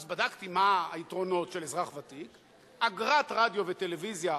אז בדקתי מה היתרונות של אזרח ותיק: אגרת רדיו וטלוויזיה,